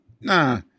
Nah